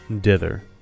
dither